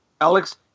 Alex